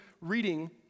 reading